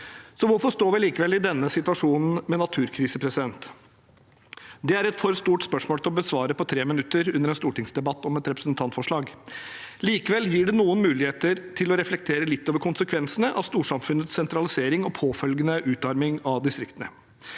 Hvorfor står vi likevel i denne situasjonen med naturkrise? Det er et for stort spørsmål å besvare på 3 minutter under en stortingsdebatt om et representantforslag. Likevel gir det noen muligheter til å reflektere litt over konsekvensene av storsamfunnets sentralisering og påfølgende utarming av distriktene.